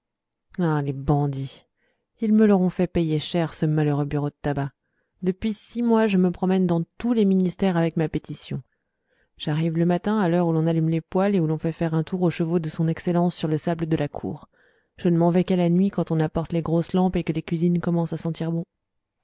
ah les bandits ils me l'auront fait payer cher ce malheureux bureau de tabac depuis six mois je me promène dans tous les ministères avec ma pétition j'arrive le matin à l'heure où l'on allume les poêles et où l'on fait faire un tour aux chevaux de son excellence sur le sable de la cour je ne m'en vais qu'à la nuit quand on apporte les grosses lampes et que les cuisines commencent à sentir bon